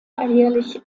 alljährlich